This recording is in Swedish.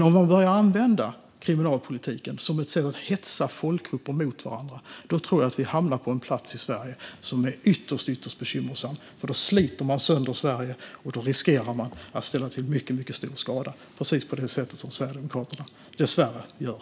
Om man börjar använda kriminalpolitiken som ett sätt att hetsa folkgrupper mot varandra tror jag att vi hamnar på en plats i Sverige som är ytterst bekymmersam. Då sliter man sönder Sverige, och då riskerar man att ställa till mycket stor skada - precis på det sätt som Sverigedemokraterna dessvärre gör.